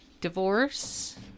divorce